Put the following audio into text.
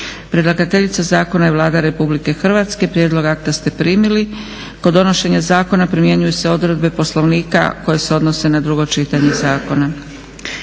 Predlagateljica Zakona je Vlada Republike Hrvatske. Prijedlog akta ste primili. Kod donošenja Zakona primjenjuju se odredbe Poslovnika koje se odnose na drugo čitanje Zakona.